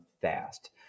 fast